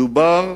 מדובר